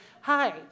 Hi